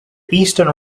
eastern